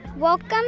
Welcome